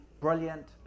brilliant